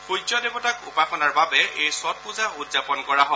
সূৰ্য দেৱতাক উপাসনাৰ বাবে এই ছট পূজা উদযাপন কৰা হয়